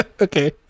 okay